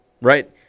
right